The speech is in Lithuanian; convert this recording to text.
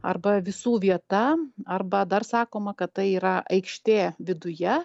arba visų vieta arba dar sakoma kad tai yra aikštė viduje